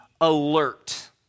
alert